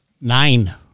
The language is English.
Nine